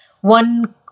One